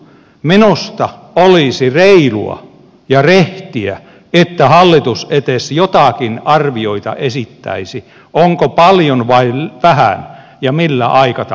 minusta olisi reilua ja rehtiä että hallitus edes joitakin arvioita esittäisi onko paljon vai vähän ja millä aikataululla